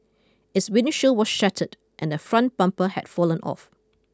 its windshield were shattered and the front bumper had fallen off